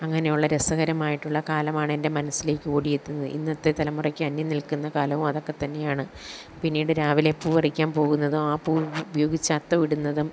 അങ്ങനെയുള്ള രസകരമായിട്ടുള്ള കാലമാണ് എൻ്റെ മനസ്സിലേക്ക് ഓടിയെത്തുന്നത് ഇന്നത്തെ തലമുറയ്ക്ക് അന്യംനില്ക്കുന്ന കാലവും അതൊക്കെ തന്നെയാണ് പിന്നീട് രാവിലെ പൂപറിക്കാൻ പോകുന്നതും ആ പൂവ് ഉപയോഗിച്ച് അത്തമിടുന്നതും